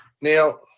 Now